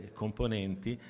componenti